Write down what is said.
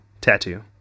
Tattoo